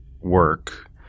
work